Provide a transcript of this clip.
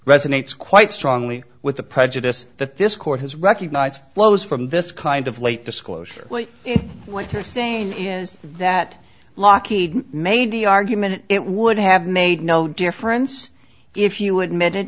resonates quite strongly with the prejudice that this court has recognized flows from this kind of late disclosure we went to saying is that lockheed made the argument it would have made no difference if you admitted